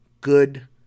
good